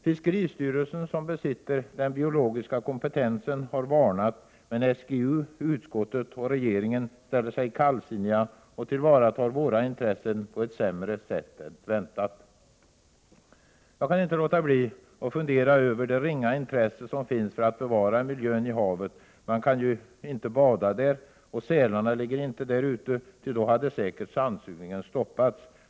Fiskeristyrelsen, som besitter den biologiska kompetensen, har varnat, men SGU, utskottet och regeringen ställer sig kallsinniga och tillvaratar våra intressen på ett sämre sätt än väntat. Jag kan inte låta bli att fundera över det ringa intresse som finns för att bevara miljön i havet. Man kan ju inte bada där, och sälarna ligger inte där ute, ty då hade sandsugningen säkert stoppats.